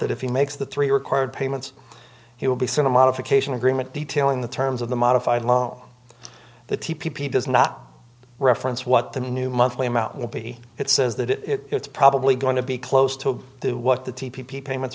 that if he makes the three required payments he will be soon a modification agreement detailing the terms of the modified loan the t p does not reference what the new monthly amount will be it says that it's probably going to be close to do what the t p payments